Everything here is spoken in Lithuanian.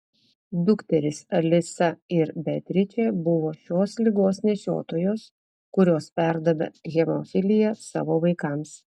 dukterys alisa ir beatričė buvo šios ligos nešiotojos kurios perdavė hemofiliją savo vaikams